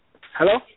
Hello